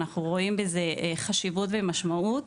אנחנו רואים בזה חשיבות ומשמעות,